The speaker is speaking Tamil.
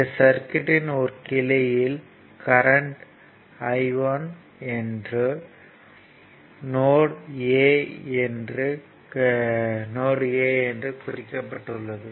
இந்த சர்க்யூட்யின் ஒரு கிளையில் கரண்ட் I 1 என்றும் நோட் a என்று குறிக்கப்பட்டுள்ளது